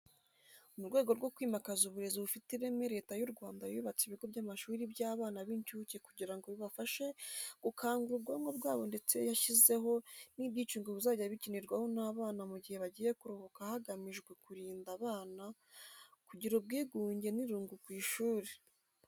Mu rwego rwo kwimakaza uburezi bufite ireme Leta y'u Rwanda yubatse ibigo by'amashuri by'abana bincuke kugira ngo bibafashe gukangura ubwonko bwabo ndetse yashyizeho n'ibyicungo bizajya bikinirwaho n'abana mu gihe bagiye kuruhuka hagamijwe kurinda abana kugira ubwigunge n'irungu ku ishuri.